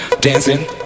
Dancing